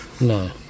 no